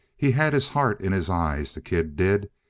he had his heart in his eyes, the kid did.